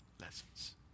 lessons